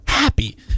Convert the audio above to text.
Happy